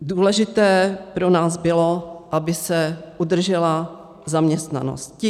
Důležité pro nás bylo, aby se udržela zaměstnanost.